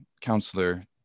counselor